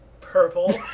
Purple